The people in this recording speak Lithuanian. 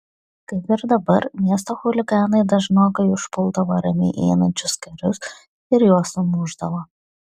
kaip ir dabar miesto chuliganai dažnokai užpuldavo ramiai einančius karius ir juos sumušdavo